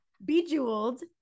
Bejeweled